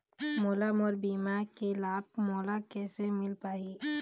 मोला मोर बीमा के लाभ मोला किसे मिल पाही?